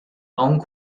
own